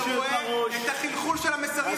זו כבר לא ביקורת.